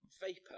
vapor